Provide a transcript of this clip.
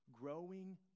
growing